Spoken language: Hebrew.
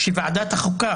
כשוועדת החוקה,